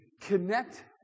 connect